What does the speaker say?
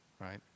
right